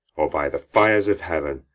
or, by the fires of heaven,